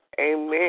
Amen